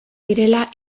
direla